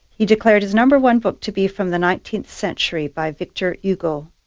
he declared his number one book to be from the nineteenth century, by victor hugo,